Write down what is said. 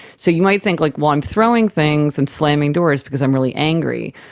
so you might think, like well, i'm throwing things and slamming doors because i'm really angry,